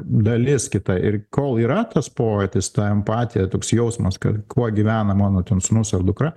dalis kita ir kol yra tas pojūtis empatija toks jausmas kad kuo gyvena mano ten sūnus ar dukra